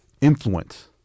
influence